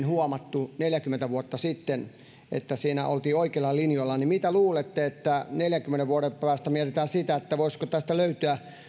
huomattu silloin neljäkymmentä vuotta sitten että siinä oltiin oikeilla linjoilla niin mitä luulette että neljänkymmenen vuoden päästä mietitään siitä voisiko tästä löytyä